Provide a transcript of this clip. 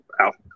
out